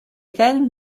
then